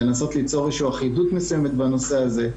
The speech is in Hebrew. לנסות ליצור איזושהי אחידות מסוימת בנושא הזה,